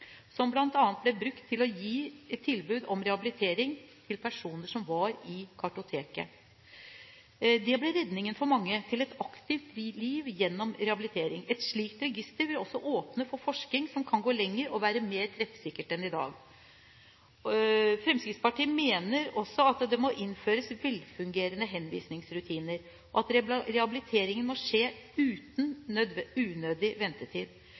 som bl.a. ble brukt til å gi et tilbud om rehabilitering til personer som var i kartoteket. Det ble redningen for mange til et aktivt liv gjennom rehabilitering. Et slikt register vil også åpne for forskning som kan gå lenger og være mer treffsikkert enn i dag. Fremskrittspartiet mener også at det må innføres velfungerende henvisningsrutiner, at rehabiliteringen må skje uten unødig ventetid.